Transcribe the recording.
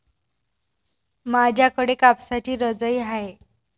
माझ्याकडे कापसाची रजाई आहे